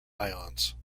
ions